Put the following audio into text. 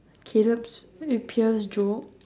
caleb's ear pierce joke